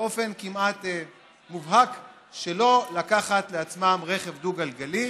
באופן כמעט מובהק שלא לקחת לעצמם רכב דו-גלגלי,